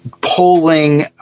polling